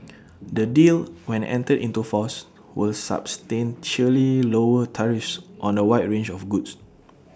the deal when entered into force will substantially lower tariffs on A wide range of goods